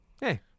hey